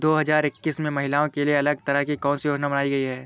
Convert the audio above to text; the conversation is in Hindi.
दो हजार इक्कीस में महिलाओं के लिए अलग तरह की कौन सी योजना बनाई गई है?